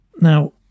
Now